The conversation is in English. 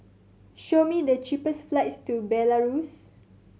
show me the cheapest flights to Belarus